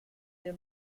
del